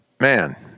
man